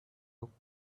looked